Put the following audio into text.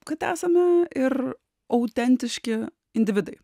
kad esame ir autentiški individai